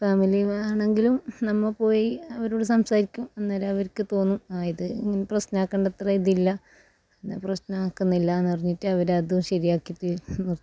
ഫാമിലിയാണെങ്കിലും നമ്മ പോയി അവരോട് സംസാരിക്കും അന്നേരം അവർക്ക് തോന്നും ആ ഇത് പ്രശ്നമാക്കണ്ടത്ര ഇതില്ല പിന്നെ പ്രശ്നമാക്കുന്നില്ലയെന്ന് പറഞ്ഞിട്ട് അവർ അത് ശരിയാക്കിയിട്ട് നിർത്തും